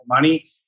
money